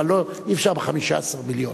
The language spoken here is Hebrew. אבל אי-אפשר ב-15 מיליון.